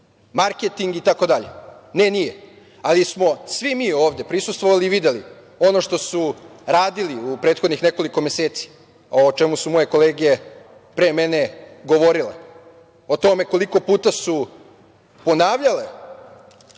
marketing i tako dalje. Ne, nije, ali smo svi mi ovde prisustvovali i videli ono što su radili u prethodnih nekoliko meseci, a o čemu su moje kolege pre mene govorile, o tome koliko puta su se ponavljale